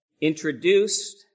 introduced